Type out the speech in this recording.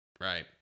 Right